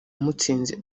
mutsinzi